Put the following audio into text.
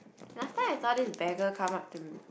last time I saw this beggar come up